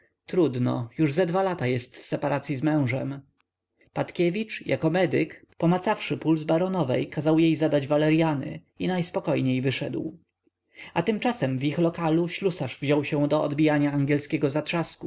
trudno już ze dwa lata jest w separacyi z mężem patkiewicz jako medyk pomacawszy puls baronowej kazał jej zadać waleryany i najspokojniej wyszedł a tymczasem w ich lokalu ślusarz wziął się do odbijania angielskiego zatrzasku